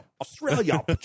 Australia